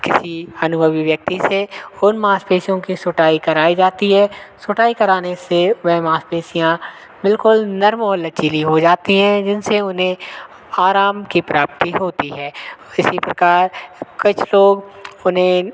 किसी अनुभवी व्यक्ति से उन मांसपेशियों की सुटाई कराई जाती है सुटाई कराने से वह मांसपेशियाँ बिल्कुल नर्म और लचीली हो जाती हैं जिनसे उन्हें आराम की प्राप्ति होती है और इसी प्रकार कुछ लोग उन्हें